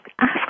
ask